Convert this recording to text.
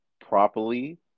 properly